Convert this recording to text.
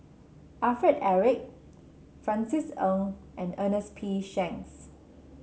Alfred Eric Francis Ng and Ernest P Shanks